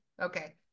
Okay